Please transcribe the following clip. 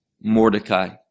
Mordecai